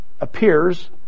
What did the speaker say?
appears